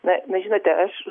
na na žinote aš